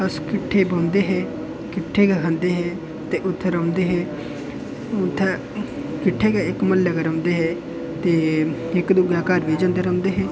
अस किट्ठे बौंह्दे हे किट्ठे गै खंदे हे ते उत्थै रौंह्दे हे उत्थै किट्ठे गै इक म्हल्ले गै रौंह्दे हे ते इक दूए घर बी जंदे रौंह्दे हे